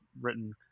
written